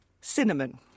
cinnamon